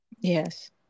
Yes